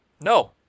No